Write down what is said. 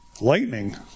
lightning